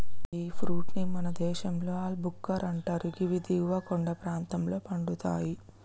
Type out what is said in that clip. గీ fruit ని మన దేశంలో ఆల్ భుక్కర్ అంటరు గివి దిగువ కొండ ప్రాంతంలో పండుతయి